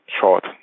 short